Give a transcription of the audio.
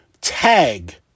tag